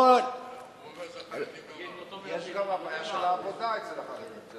יש גם הבעיה של העבודה אצל החרדים.